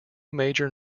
major